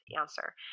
answer